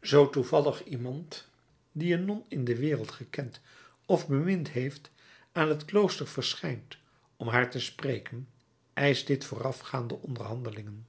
zoo toevallig iemand dien een non in de wereld gekend of bemind heeft aan het klooster verschijnt om haar te spreken eischt dit voorafgaande onderhandelingen